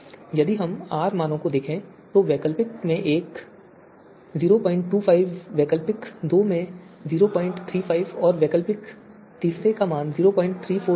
यदि हम R मानों को देखें तो वैकल्पिक एक में 025 वैकल्पिक दो में 035 और फिर वैकल्पिक तीसरे का मान 0346 है